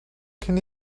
can